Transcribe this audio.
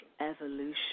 Evolution